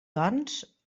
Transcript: doncs